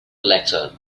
letter